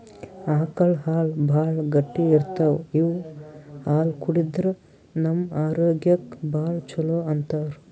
ಆಕಳ್ ಹಾಲ್ ಭಾಳ್ ಗಟ್ಟಿ ಇರ್ತವ್ ಇವ್ ಹಾಲ್ ಕುಡದ್ರ್ ನಮ್ ಆರೋಗ್ಯಕ್ಕ್ ಭಾಳ್ ಛಲೋ ಅಂತಾರ್